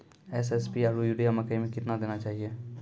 SSP आरु urea मकई मे कितना देना चाहिए?